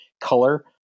color